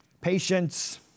Patience